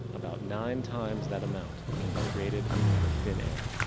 about nine times that amount can be created out of thin air.